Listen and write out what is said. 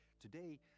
today